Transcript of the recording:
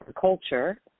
culture